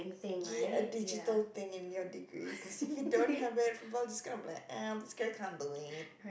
get a digital thing in your degree cause if you don't have it people are just gonna be like ah this guy can't do it